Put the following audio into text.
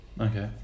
Okay